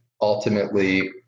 ultimately